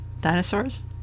Dinosaurs